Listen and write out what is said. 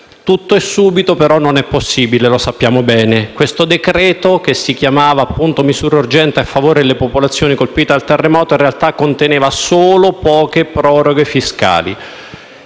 Tutto e subito, però, e non è possibile lo sappiamo bene. Il decreto-legge in esame, recante ulteriori misure urgenti a favore delle popolazioni colpite dal terremoto, in realtà conteneva solo poche proroghe fiscali.